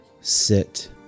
sit